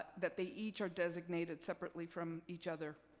that they each are designated separately from each other.